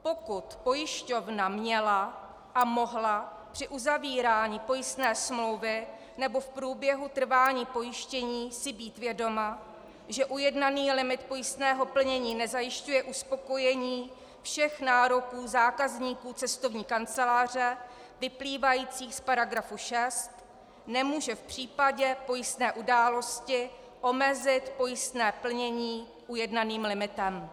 Pokud pojišťovna měla a mohla při uzavírání pojistné smlouvy nebo v průběhu trvání pojištění si být vědoma, že ujednaný limit pojistného plnění nezajišťuje uspokojení všech nároků zákazníků cestovní kanceláře vyplývajících z § 6, nemůže v případě pojistné události omezit pojistné plnění ujednaným limitem.